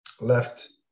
left